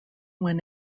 when